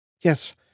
Yes